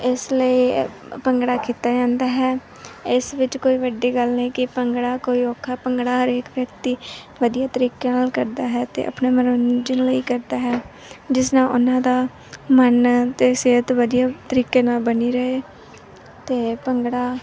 ਇਸ ਲਈ ਭੰਗੜਾ ਕੀਤਾ ਜਾਂਦਾ ਹੈ ਇਸ ਵਿੱਚ ਕੋਈ ਵੱਡੀ ਗੱਲ ਨਹੀਂ ਕਿ ਭੰਗੜਾ ਕੋਈ ਔਖਾ ਭੰਗੜਾ ਹਰੇਕ ਵਿਅਕਤੀ ਵਧੀਆ ਤਰੀਕੇ ਨਾਲ ਕਰਦਾ ਹੈ ਅਤੇ ਆਪਣੇ ਮਨੋਰੰਜਨ ਲਈ ਕਰਦਾ ਹੈ ਜਿਸ ਨਾਲ ਉਹਨਾਂ ਦਾ ਮਨ ਅਤੇ ਸਿਹਤ ਵਧੀਆ ਤਰੀਕੇ ਨਾਲ ਬਣੀ ਰਹੇ ਅਤੇ ਭੰਗੜਾ